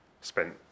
spent